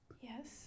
Yes